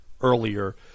earlier